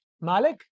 Malik